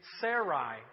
Sarai